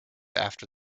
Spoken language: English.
after